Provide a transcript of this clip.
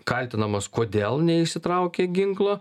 kaltinamas kodėl neišsitraukė ginklo